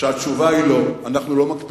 היא שהתשובה היא: לא, אנחנו לא מקפיאים,